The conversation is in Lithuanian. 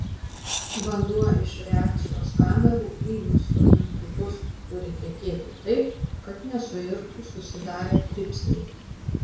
vanduo iš reakcijos kamerų į nusodintuvus turi tekėti taip kad nesuirtų susidarę dribsniai